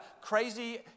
crazy